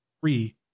Three